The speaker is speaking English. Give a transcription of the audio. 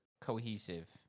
cohesive